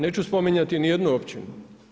Neću spominjati ni jednu općinu.